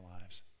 lives